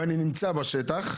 ואני נמצא בשטח.